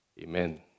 Amen